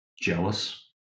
jealous